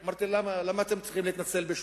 אמרתי: למה, למה אתם צריכים להתנצל בשמו?